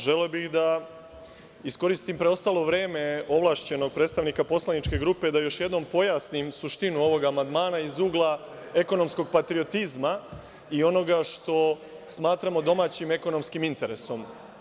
Želeo bih da iskoristim preostalo vreme ovlašćenog predstavnika poslaničke grupe i da još jednom pojasnim suštinu ovog amandmana iz ugla ekonomskog patriotizma i onoga što smatramo domaćim ekonomskim interesom.